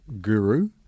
guru